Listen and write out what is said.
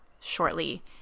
shortly